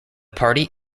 party